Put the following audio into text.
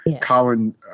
colin